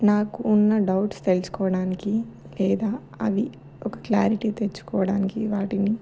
నాకు ఉన్న డౌట్స్ తెలుసుకోవడానికి లేదా అవి ఒక క్లారిటీ తెచ్చుకోవడానికి వాటిని